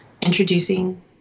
introducing